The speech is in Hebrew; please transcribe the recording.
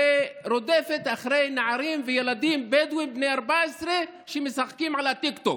והיא רודפת אחרי נערים וילדים בדואים בני 14 שמשחקים על הטיקטוק,